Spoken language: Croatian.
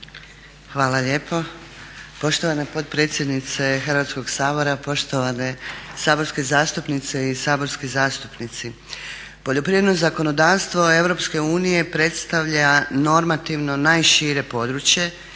Hvala lijepo. Poštovana potpredsjednice Hrvatskog sabora, poštovane saborske zastupnice i saborski zastupnici. Poljoprivredno zakonodavstvo Europske unije predstavlja normativno najšire područje